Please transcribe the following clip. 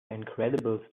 incredible